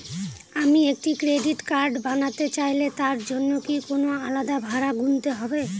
আমি একটি credit card বানাতে চাইলে তার জন্য কি কোনো আলাদা ভাড়া গুনতে হবে?